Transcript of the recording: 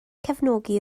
cefnogi